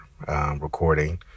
recording